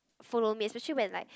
follow me especially when like